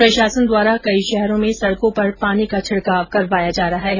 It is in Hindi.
प्रशासन द्वारा कई शहरों में सड़कों पर पानी का छिड़काव करवाया जा रहा है